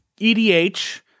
EDH